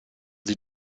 sie